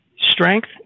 strength